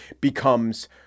becomes